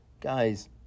Guys